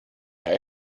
over